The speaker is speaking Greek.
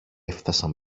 έφθασαν